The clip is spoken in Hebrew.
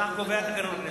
כך קובע תקנון הכנסת.